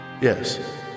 Yes